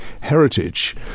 Heritage